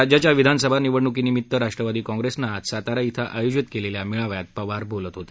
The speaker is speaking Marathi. राज्याच्या विधानसभा निवडणुकीनिमित्त राष्ट्रवादी काँग्रेसनं आज सातारा इथ आयोजित केलेल्या मेळाव्यात पवार बोलत होते